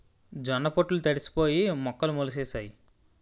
జొన్న పొట్లు తడిసిపోయి మొక్కలు మొలిసేసాయి